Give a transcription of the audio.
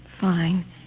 Fine